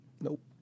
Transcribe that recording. Nope